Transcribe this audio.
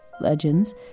legends